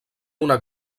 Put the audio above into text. una